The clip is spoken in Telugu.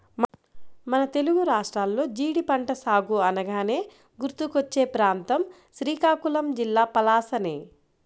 మన తెలుగు రాష్ట్రాల్లో జీడి పంట సాగు అనగానే గుర్తుకొచ్చే ప్రాంతం శ్రీకాకుళం జిల్లా పలాసనే